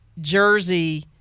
jersey